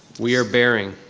we are bearing.